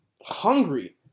hungry